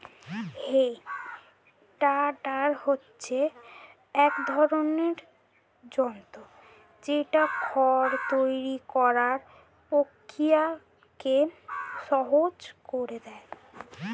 হে tedder হচ্ছে এক ধরণের যন্ত্র যেটা খড় তৈরী করার প্রক্রিয়াকে সহজ করে দেয়